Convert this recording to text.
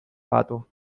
pato